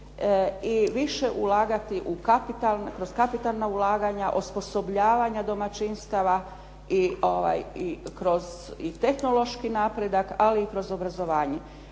i više ulagati, kroz kapitalna ulaganja, osposobljavanja domaćinstava i kroz tehnološki napredak, ali i kroz obrazovanje.